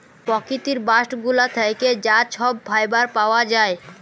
পকিতির বাস্ট গুলা থ্যাকে যা ছব ফাইবার পাউয়া যায়